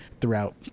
throughout